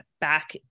back